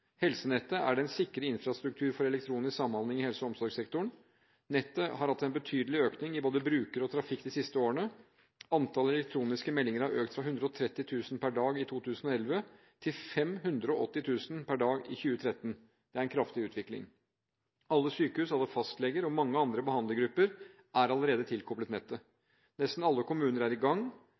Helsenettet er den sikre infrastruktur for elektronisk samhandling i helse- og omsorgssektoren. Nettet har hatt en betydelig økning i både brukere og trafikk de siste årene. Antallet elektroniske meldinger har økt fra 130 000 per dag i 2011 ti1 580 000 per dag i 2013. Det er en kraftig utvikling. Alle sykehus, alle fastleger og mange andre behandlergrupper er allerede tilkoblet nettet. Nesten alle kommuner er i gang.